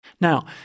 Now